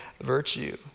virtue